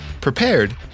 prepared